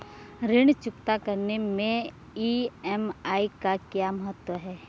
ऋण चुकता करने मैं ई.एम.आई का क्या महत्व है?